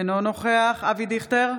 אינו נוכח אבי דיכטר,